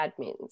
admins